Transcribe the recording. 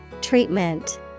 Treatment